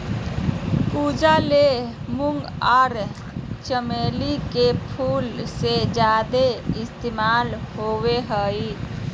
पूजा ले मूंगा आर चमेली के फूल के ज्यादे इस्तमाल होबय हय